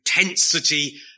intensity